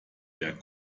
der